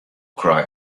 cry